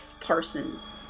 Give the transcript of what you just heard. Parsons